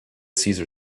cesar